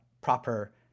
proper